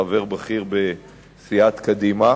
חבר בכיר בסיעת קדימה,